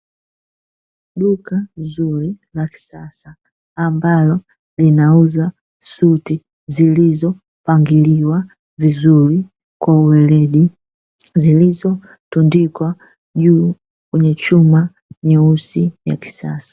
Duka zuri la kisasa ambalo linauza suti zilizopangiliwa vizuri kwa weredi, zilizo tundikwa juu kwenye chuma nyeusi ya kisasa.